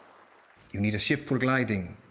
you need a ship for gliding,